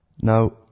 Now